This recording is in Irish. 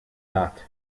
leat